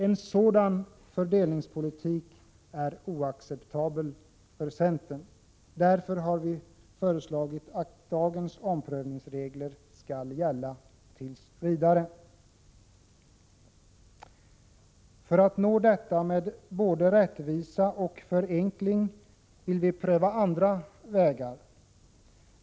En sådan fördelningspolitik är oacceptabel för centern. Därför har vi föreslagit att dagens omprövningsregler skall gälla tills vidare. För att nå detta med både rättvisa och förenkling vill vi pröva andra vägar.